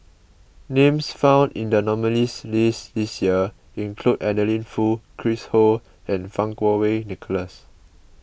names found in the nominees' list this year include Adeline Foo Chris Ho and Fang Kuo Wei Nicholas